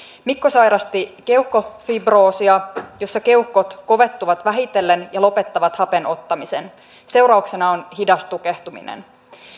mikko sairasti keuhkofibroosia jossa keuhkot kovettuvat vähitellen ja lopettavat hapen ottamisen seurauksena on hidas tukehtuminen